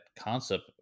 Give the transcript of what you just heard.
concept